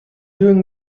doing